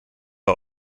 bei